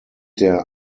der